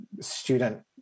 student